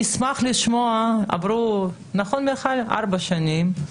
עברו ארבע שנים,